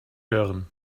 hören